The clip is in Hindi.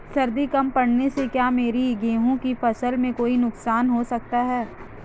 सर्दी कम पड़ने से क्या मेरे गेहूँ की फसल में कोई नुकसान हो सकता है?